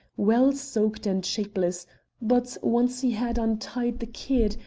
well soaked and shapeless but, once he had untied the kid,